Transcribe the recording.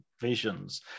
visions